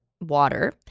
water